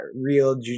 real